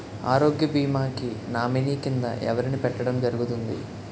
ఆరోగ్య భీమా కి నామినీ కిందా ఎవరిని పెట్టడం జరుగతుంది?